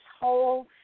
whole